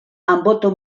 anboto